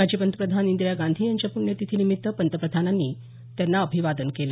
माजी पंतप्रधान इंदिरा गांधी यांच्या प्ण्यतिथीनिमित्त पंतप्रधानांनी त्यांना अभिवादन केलं